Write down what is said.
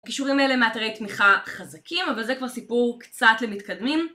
הקישורים האלה מאתרי תמיכה חזקים אבל זה כבר סיפור קצת למתקדמים